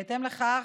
בהתאם לכך,